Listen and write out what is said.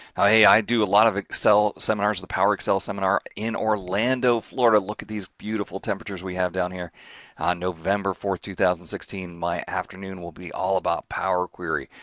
i do a lot of excel seminars, the power excel seminar in orlando, florida. look at these beautiful temperatures we have down here on november four, two thousand and sixteen. my afternoon will be all about power query,